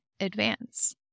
advance